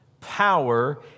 Power